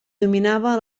dominava